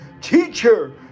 Teacher